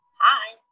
Hi